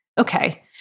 okay